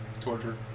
Torture